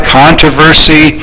controversy